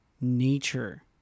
nature